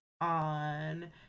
on